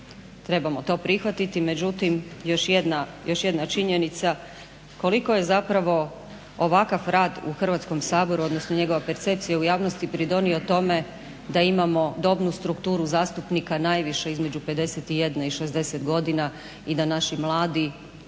trebamo to prihvatiti međutim još jedna činjenica koliko je zapravo ovakav rad u Hrvatskoga saboru odnosno njegova percepcija u javnosti pridonio tome da imamo dobnu strukturu zastupnika najviše između 51 i 60 godina i da naši mladi